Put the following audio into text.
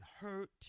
hurt